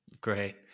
Great